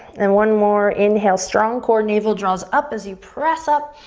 and one more. inhale, strong core. navel draws up as you press up,